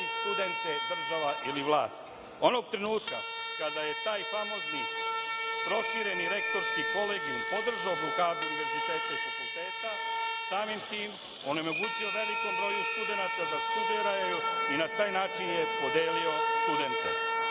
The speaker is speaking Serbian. studente država ili vlast. Onog trenutka kada je taj famozni prošireni Rektorski kolegijum podržao blokadu univerziteta i fakulteta, samim tim onemogućio je velikom broju studenata da studira i na taj način je podelio studente.